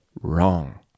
wrong